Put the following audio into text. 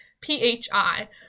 P-H-I